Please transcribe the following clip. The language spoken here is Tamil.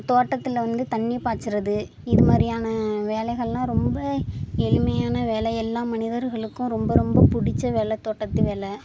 தோட்டத்தில் வந்து தண்ணி பாய்ச்சிறது இது மாதிரியான வேலைகள்லாம் ரொம்ப எளிமையான வேலை எல்லா மனிதர்களுக்கும் ரொம்ப ரொம்ப பிடிச்ச வேலை தோட்டத்து வேலை